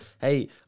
Hey